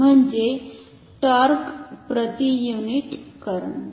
म्हणजे टॉर्क प्रति unit current